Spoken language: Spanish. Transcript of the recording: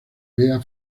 vea